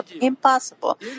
impossible